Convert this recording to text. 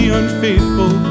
unfaithful